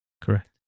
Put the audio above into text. Correct